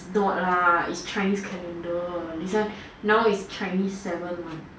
it's not lah it's chinese calendar this one now its chinese seven month